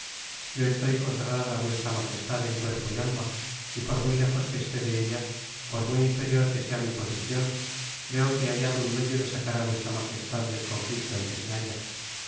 yo estoy consagrada á vuestra magestad en cuerpo y alma y por muy léjos que esté de ella por muy inferior que sea mi posicion creo que he hallado un medio de sacar á vuestra magestad del conflicto en que se halla